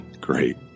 great